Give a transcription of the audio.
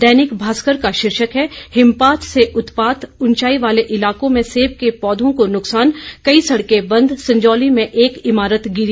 दैनिक भास्कर का शीर्षक है हिमपात से उत्पात ऊँचाई वाले इलाकों में सेब के पौधों को नुकसान कई सड़कें बंद संजौली में एक इमारत गिरी